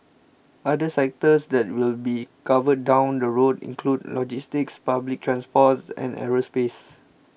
other sectors that will be covered down the road include logistics public transports and aerospace